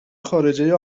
خارجه